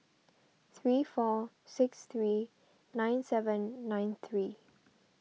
three four six three nine seven nine three